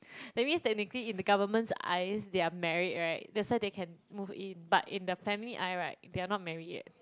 that means technically in the government's eyes they are married right that's why they can move in but in the family eye right they are not married yet